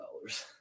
dollars